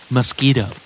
Mosquito